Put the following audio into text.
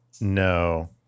no